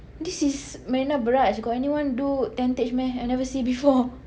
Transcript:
this is Marina Barrage got anyone do tentage meh I never see before